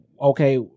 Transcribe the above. okay